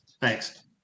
Thanks